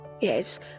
Yes